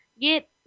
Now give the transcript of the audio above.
get